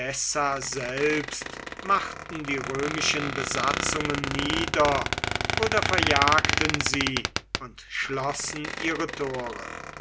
selbst machten die römischen besatzungen nieder oder verjagten sie und schlossen ihre tore